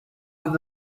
with